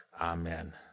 Amen